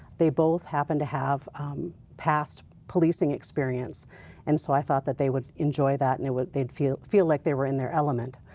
they both happen to have past policing experience and so i thought that they would enjoy that and they would feel feel like they were in their element.